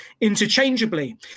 interchangeably